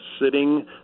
sitting